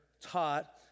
taught